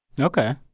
Okay